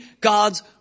God's